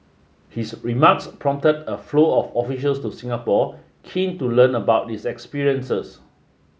his remarks prompted a flow of officials to Singapore keen to learn about its experiences